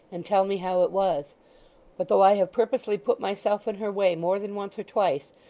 and tell me how it was but though i have purposely put myself in her way more than once or twice,